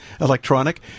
electronic